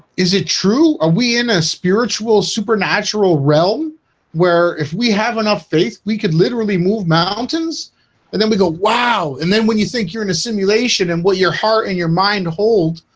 is it true? are we in a spiritual supernatural? realm where if we have enough faith, we could literally move mountains and then we go wow and then when you think you're in a simulation and what your heart and your mind hold?